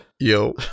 Yo